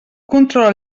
controla